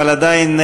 אבל עדיין,